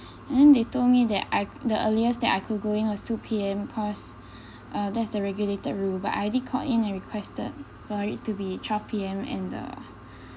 and then they told me that I the earliest that I could go in was two P_M cause uh there's the regulated rule but I already called in and requested for it to be twelve P_M and the